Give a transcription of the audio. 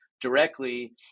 directly